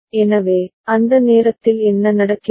எனவே அந்த நேரத்தில் என்ன நடக்கிறது